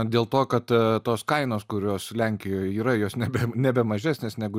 dėl to kad tos kainos kurios lenkijoj yra jos nebe nebe mažesnės negu